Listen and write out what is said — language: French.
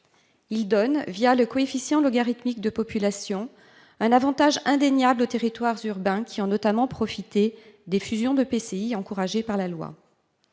Il donne, le coefficient logarithmique de population, un avantage indéniable aux territoires urbains, qui ont notamment profité des fusions d'EPCI encouragées par la loi.